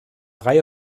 reihe